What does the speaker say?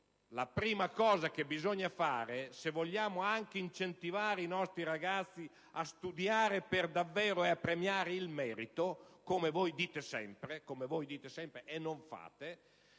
La prima cosa da fare, se vogliamo anche incentivare i nostri ragazzi a studiare per davvero e a premiare il merito - come voi dite sempre e non fate